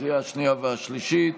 לקריאה השנייה ולקריאה השלישית.